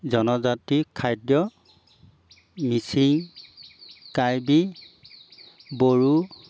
জনজাতি খাদ্য মিচিং কাৰ্বি বড়ো